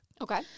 Okay